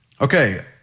okay